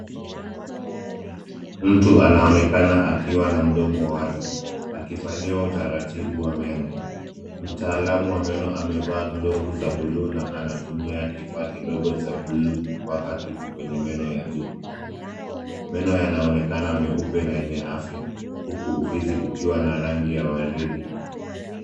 Mtu anaonekana akiwa mdomo wazi akifanyiwa utaratibuwa meno mtaalamu wa meno amevaa glavu za bluu na anatumia kifaa kidogo kidogo cha bluu kupaka kitu kwenye meno ya juu meno yanaonekana meupe na yenye afya huku ufizi ukiwa ma rangi ya waridi.